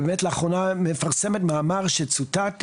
לאחרונה מפרסמת מאמר שצוטט.